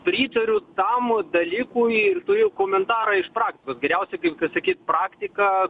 pritariu tam dalykui ir turiu komentarą iš praktikos geriausia kaip ka sakyt praktika